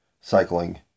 cycling